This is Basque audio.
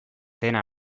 dena